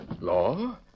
Law